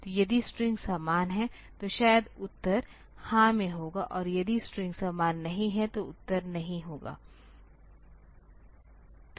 तो यदि स्ट्रिंग समान हैं तो शायद उत्तर हां में होगा और यदि स्ट्रिंग समान नहीं हैं तो उत्तर नहीं होगा